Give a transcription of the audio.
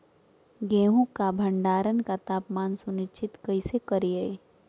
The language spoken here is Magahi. गेहूं का भंडारण का तापमान सुनिश्चित कैसे करिये?